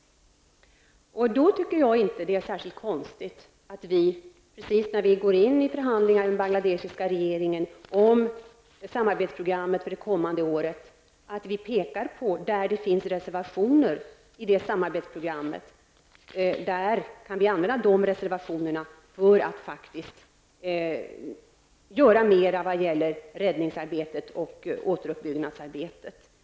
Då tycker jag inte att det är särskilt konstigt att vi precis när vi går in i förhandlingar med den bangladeshiska regeringen om samarbetsprogrammet för det kommande året pekar på att där det finns reservationer i det samarbetsprogrammet kan dessa användas för att faktiskt göra mera när det gäller räddningsarbetet och återuppbyggnadsarbetet.